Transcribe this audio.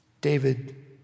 David